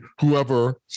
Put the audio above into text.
whoever